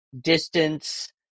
distance